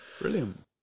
Brilliant